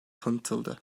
tanıtıldı